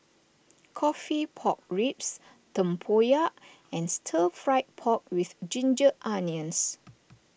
Coffee Pork Ribs Tempoyak and Stir Fried Pork with Ginger Onions